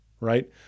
right